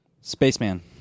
Spaceman